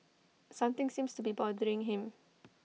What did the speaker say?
something seems to be bothering him